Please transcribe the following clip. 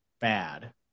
bad